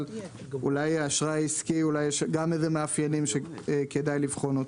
אבל אולי לאשראי העסקי גם יש מאפיינים שכדאי לבחון.